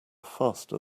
faster